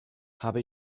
habe